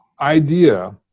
idea